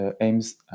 aims